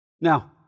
Now